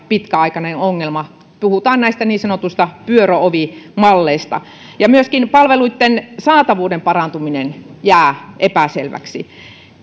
pitkäaikainen ongelma puhutaan niin sanotuista pyöröovimalleista myöskin palveluitten saatavuuden parantuminen jää epäselväksi